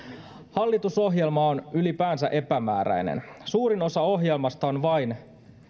hallitusohjelma on ylipäänsä epämääräinen suurin osa ohjelmasta on vain